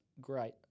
great